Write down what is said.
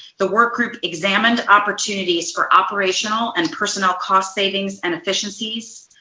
the work group examined opportunities for operational and personnel cost savings and efficiencies,